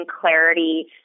clarity